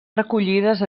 recollides